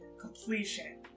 Completion